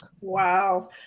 Wow